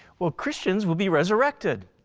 well christians will be resurrected.